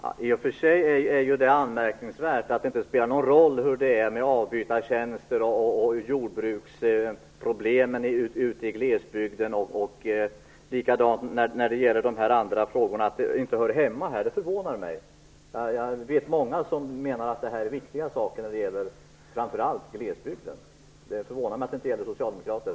Fru talman! Det är ju i och för sig anmärkningsvärt att det inte spelar någon roll hur det är med avbytartjänster, jordbruksproblemen ute i glesbygden och de andra frågorna. Det förvånar mig att detta inte hör hemma här. Jag vet många som menar att det här är viktiga saker framför allt i glesbygden. Det förvånar mig att det inte gäller socialdemokrater.